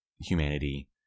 humanity